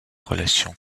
relations